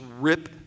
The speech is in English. rip